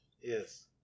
Yes